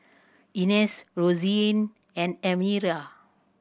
Inez Roseann and Elmyra